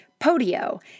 Podio